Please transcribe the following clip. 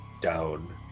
down